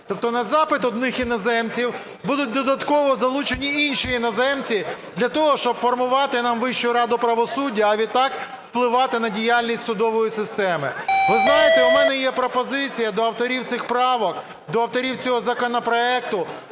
Тобто на запит одних іноземців будуть додатково залучені інші іноземці, для того щоб формувати нам Вищу раду правосуддя, а відтак впливати на діяльність судової системи. Ви знаєте, у мене є пропозиція до авторів цих правок, до авторів цього законопроекту